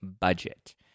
budget